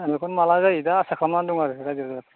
दा बेखौनो माला जायो दा आसा खालामनानै दङ आरो रायजो राजाफ्रा